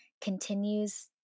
continues